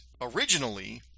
originally